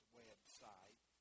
website